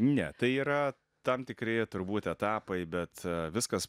ne tai yra tam tikri turbūt etapai bet viskas